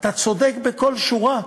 אתה צודק בכל שורה,